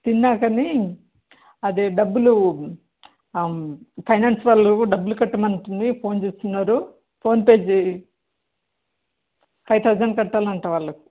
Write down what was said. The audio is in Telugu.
తిన్నాకని అదే డబ్బులు ఫైనాన్స్ వాళ్ళు డబ్బులు కట్టమనుంటుంది ఫోన్ చేస్తున్నారు ఫోన్పే చేయి ఫైవ్ థౌజండ్ కట్టాలంటా వాళ్ళకి